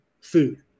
food